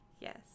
Yes